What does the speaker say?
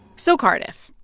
so, cardiff,